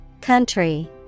Country